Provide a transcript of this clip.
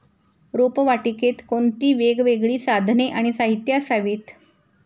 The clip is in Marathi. रोपवाटिकेत कोणती वेगवेगळी साधने आणि साहित्य असावीत?